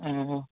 ᱩᱸᱦᱟᱸ